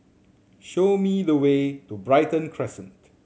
show me the way to Brighton Crescent